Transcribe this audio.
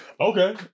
Okay